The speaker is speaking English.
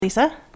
Lisa